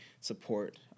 support